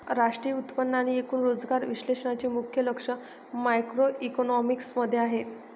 राष्ट्रीय उत्पन्न आणि एकूण रोजगार विश्लेषणाचे मुख्य लक्ष मॅक्रोइकॉनॉमिक्स मध्ये आहे